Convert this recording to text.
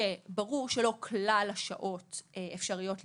שברור שלא כלל השעות אפשריות לניוד.